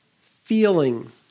feeling